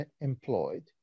employed